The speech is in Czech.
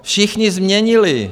Všichni změnili.